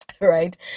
right